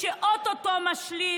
איש שאו-טו-טו משלים